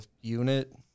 unit